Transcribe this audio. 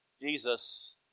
Jesus